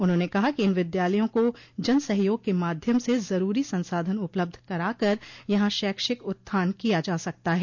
उन्होंने कहा कि इन विद्यालयों को जन सहयोग के माध्यम से जरूरी संसाधन उपलब्ध करा कर यहां शैक्षिक उत्थान किया जा सकता है